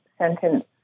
sentence